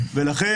ולכן,